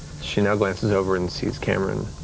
she now glances over and sees cameron,